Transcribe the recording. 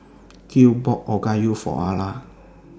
Gil bought Okayu For Ara